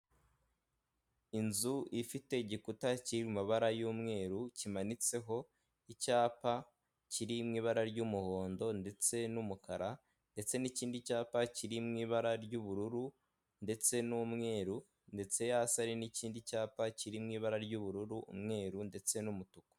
Inzu ifite igikuta kiri mu mabara y'umweru kimanitseho icyapa kiri mu ibara ry'umuhondo ndetse n'umukara, ndetse n'ikindi cyapa kiri mu ibara ry'ubururu ndetse n'umweru, ndetse hasi hari n'ikindi cyapa kiri mu ibara ry'ubururu, umweru ndetse n'umutuku.